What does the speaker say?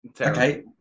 okay